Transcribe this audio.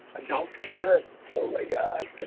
adults can't oh my god